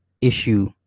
issue